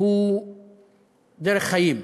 הם דרך חיים.